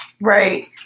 Right